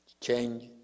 Change